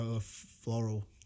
floral